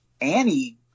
Annie